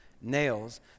nails